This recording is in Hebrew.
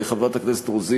חברת הכנסת רוזין,